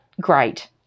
great